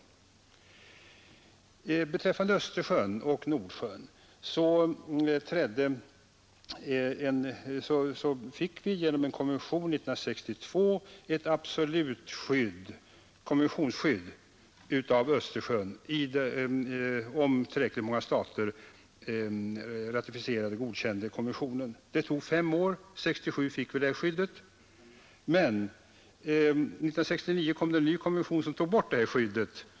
Vad beträffar Östersjön och Nordsjön fick vi genom en konvention 1962 ett absolut skydd av Östersjön — under förutsättning att tillräckligt många stater ratificerade konventionen. Det tog fem år; år 1967 fick vi detta skydd. Men år 1969 beslutades om en ny konvention som tog bort skyddet.